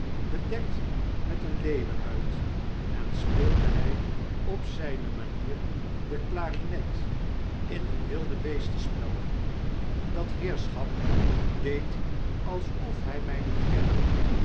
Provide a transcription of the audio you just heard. bedekt met een leeuwenhuid en speelde hy op zijne manier de klarinet in een wilde-beestenspel dat heerschap deed alsof hy mi niet kende